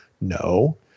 No